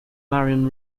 marion